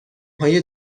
های